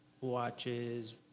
watches